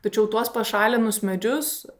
tačiau tuos pašalinus medžius